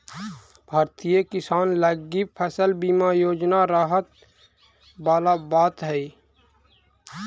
भारतीय किसान लगी फसल बीमा योजना राहत वाला बात हइ